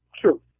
True